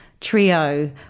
trio